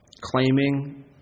Claiming